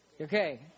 Okay